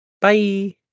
Bye